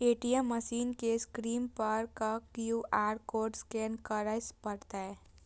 ATM machine के screen पर सं क्यू.आर कोड स्कैन करय पड़तै